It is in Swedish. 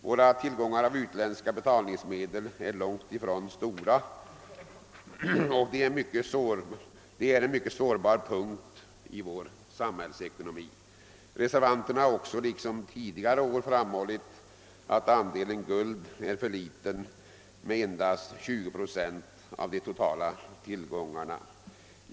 Våra tillgångar av utländska betalningsmedel är långt ifrån stora, vilket utgör en mycket sårbar punkt i vår samhällsekonomi. Reservanterna har också liksom tidigare år framhållit att andelen guld är för liten, endast 20 procent av de totala tillgångarna.